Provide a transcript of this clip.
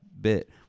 bit